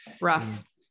Rough